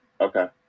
okay